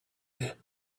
here